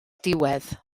diwedd